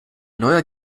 neuer